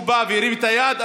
כשהוא בא והרים את היד,